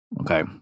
Okay